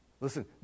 Listen